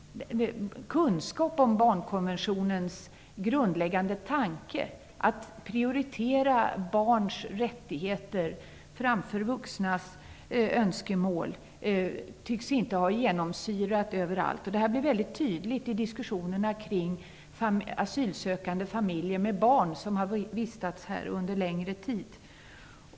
Barnkonventionens grundläggande tanke, att prioritera barns rättigheter framför vuxnas önskemål, tycks inte ha slagit igenom överallt. Detta blir väldigt tydligt i diskussionerna kring asylsökande familjer med barn som har vistats här under längre tid.